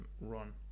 run